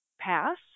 pass